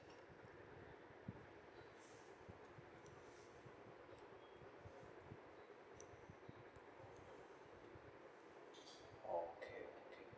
oh okay okay